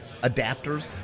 adapters